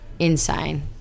insane